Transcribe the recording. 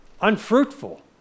unfruitful